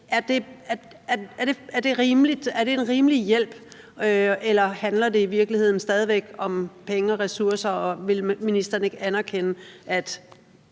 Er det en rimelig hjælp, eller handler det i virkeligheden stadig væk om penge og ressourcer?